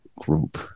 group